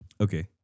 okay